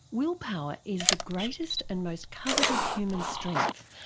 willpower is the greatest and most coveted human strength,